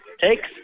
takes